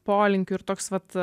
polinkių ir toks vat